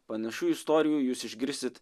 panašių istorijų jūs išgirsit